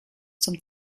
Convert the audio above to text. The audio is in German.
zum